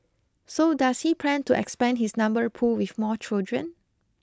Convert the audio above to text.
so does he plan to expand his number pool with more children